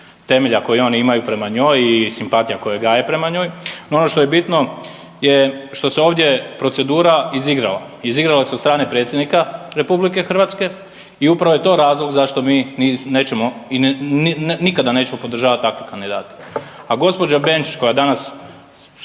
temelja koje oni imaju prema njoj i simpatija koje gaje prema njoj, no ono što je bitno je što se ovdje procedura izigrala. Izigrala se od strane predsjednika RH i upravo je to razlog zašto mi nećemo i nikada nećemo podržavati takve kandidate. A gospođa Benčić koja danas